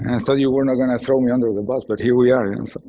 and thought you weren't going to throw me under the bus but here we are. and so and